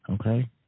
okay